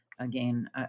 Again